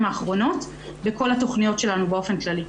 האחרונות בכל התכניות שלנו באופן כללי.